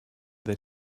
that